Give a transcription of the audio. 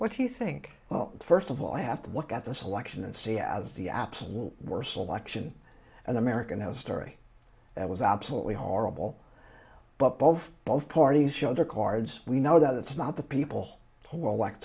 what you think well first of all i have to look at this election and see as the absolute worst election in american history that was absolutely horrible but both both parties show their cards we know that it's not the people who